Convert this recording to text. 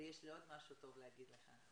ויש לי עוד משהו טוב להגיד לכם,